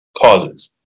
Causes